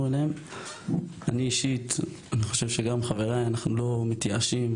אליהם אני אישית וגם חבריי לא מתייאשים,